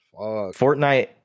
Fortnite